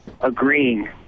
agreeing